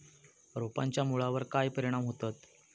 रोपांच्या मुळावर काय परिणाम होतत?